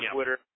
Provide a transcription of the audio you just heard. Twitter